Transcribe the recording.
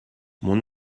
mon